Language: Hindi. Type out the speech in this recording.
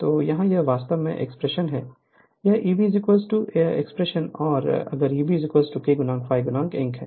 तो यहाँ यह वास्तव में एक्सप्रेशन है यह Eb यह एक्सप्रेशन और अगर Eb K ∅ n है